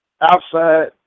outside